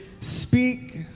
speak